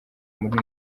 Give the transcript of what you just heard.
muri